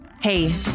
Hey